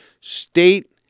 State